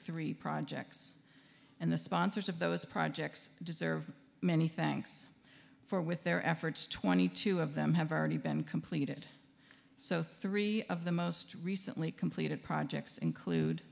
three projects and the sponsors of those projects deserve many thanks for with their efforts twenty two of them have already been completed so three of the most recently completed projects include